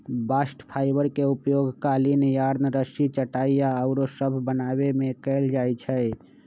bast fibre के उपयोग कालीन, यार्न, रस्सी, चटाइया आउरो सभ बनाबे में कएल जाइ छइ